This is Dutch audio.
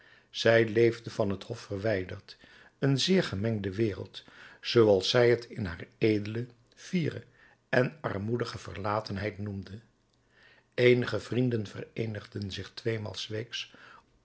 zij leefde van t hof verwijderd een zeer gemengde wereld zooals zij het in haar edele fiere en armoedige verlatenheid noemde eenige vrienden vereenigden zich tweemaal s weeks